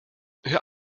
hör